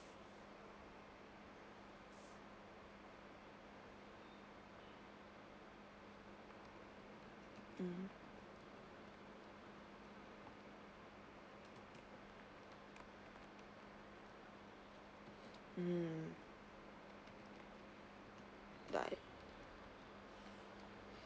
mmhmm mm